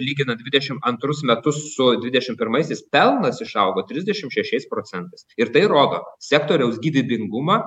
lyginant dvidešim antrus metus su dvidešim pirmaisiais pelnas išaugo trisdešim šešiais procentais ir tai rodo sektoriaus gyvybingumą